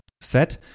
set